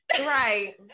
Right